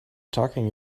talking